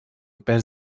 pes